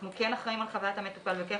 אנחנו כן אחראים על חוויית המטופל וכן